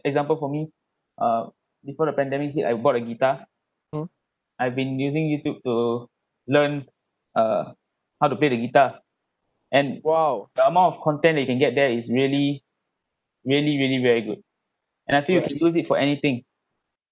example for me uh before the pandemic hit I bought a guitar I've been using youtube to learn how to play the guitar and the amount of content they can get there is really really really very good and I feel you can use it for anything